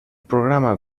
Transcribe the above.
programa